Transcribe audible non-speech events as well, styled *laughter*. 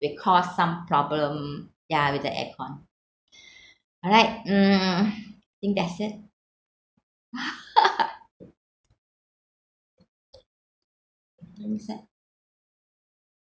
because some problem ya with the aircon *breath* alright mm I think that's it *laughs* I think set